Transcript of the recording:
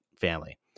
family